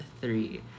three